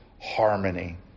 harmony